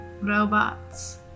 robots